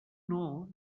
know